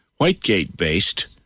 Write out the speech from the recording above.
Whitegate-based